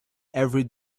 every